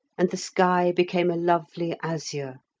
and the sky became a lovely azure.